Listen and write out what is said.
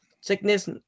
sickness